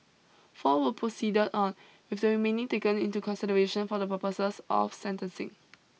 four were proceeded on with the remaining taken into consideration for the purposes of sentencing